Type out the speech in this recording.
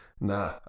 Nah